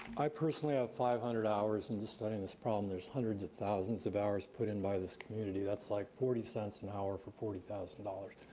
i personally have five hundred hours in studying this problem. there's hundreds of thousands of hours put in by this community. that's like forty cents an hour for forty thousand dollars.